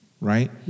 right